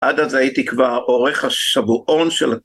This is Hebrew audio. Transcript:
עד אז הייתי כבר עורך השבועון של...